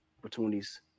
opportunities